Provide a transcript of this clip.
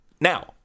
now